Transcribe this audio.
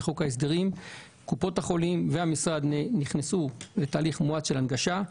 קופות החולים והמשרד נכנסו לתהליך מואץ של הנגשה,